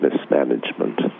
mismanagement